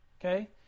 Okay